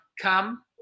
come